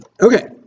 Okay